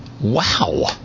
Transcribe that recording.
Wow